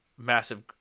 massive